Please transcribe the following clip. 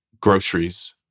groceries